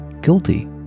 guilty